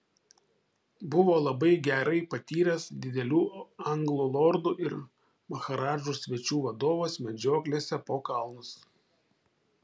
buvo labai gerai patyręs didelių anglų lordų ir maharadžų svečių vadovas medžioklėse po kalnus